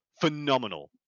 phenomenal